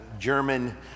German